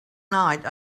night